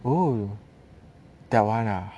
oh that one ah